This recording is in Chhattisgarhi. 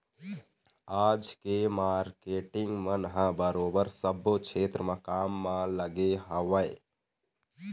आज के मारकेटिंग मन ह बरोबर सब्बो छेत्र म काम म लगे हवँय